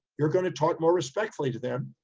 you're going to talk more respectfully to them.